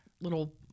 little